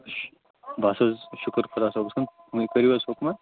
بَس حظ شُکُر خۄدا صٲبَس کُن وۄنۍ کٔرِو حظ حُکمہ